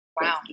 wow